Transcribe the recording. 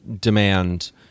demand